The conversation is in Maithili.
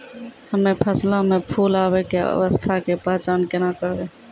हम्मे फसलो मे फूल आबै के अवस्था के पहचान केना करबै?